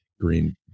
green